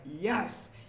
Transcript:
yes